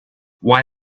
why